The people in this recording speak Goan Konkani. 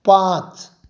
पांच